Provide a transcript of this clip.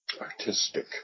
artistic